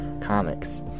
comics